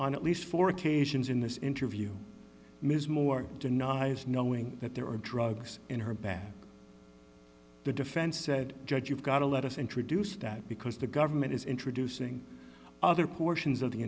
on at least four occasions in this interview ms moore denies knowing that there were drugs in her bag the defense said judge you've got to let us introduce that because the government is introducing other portions of the